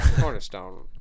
Cornerstone